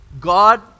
God